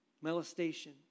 molestation